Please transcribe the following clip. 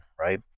right